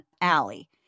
Alley